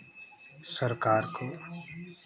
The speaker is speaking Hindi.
सरकार को